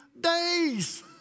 days